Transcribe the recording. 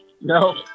No